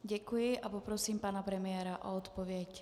Děkuji a poprosím pana premiéra o odpověď.